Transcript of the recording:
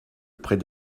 près